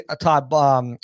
Todd